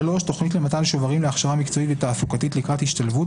תכנית למתן שוברים להכשרה מקצועית ותעסוקתית לקראת השתלבות